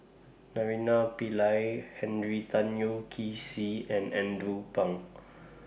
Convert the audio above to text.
Naraina Pillai Henry Tan Yoke See and Andrew Phang